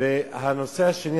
והנושא השני,